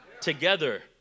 Together